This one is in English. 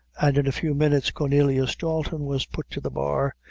and in a few minutes cornelius dalton was put to the bar,